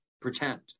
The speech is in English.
pretend